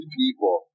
people